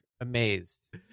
amazed